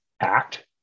act